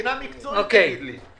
מבחינה מקצועית תגיד לי.